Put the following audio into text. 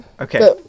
Okay